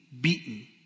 beaten